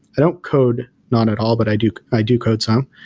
i don't code not at all, but i do i do code some.